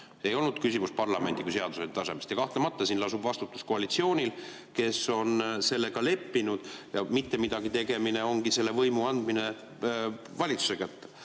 Ei olnud küsimus parlamendi kui seadusandja tasemes. Kahtlemata lasub siin vastutus koalitsioonil, kes on sellega leppinud, ja mittemidagitegemine ongi selle võimu andmine valitsuse kätte. Ma